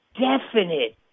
definite